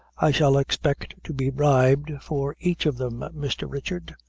i shall expect to be bribed for each of them, mr. richard.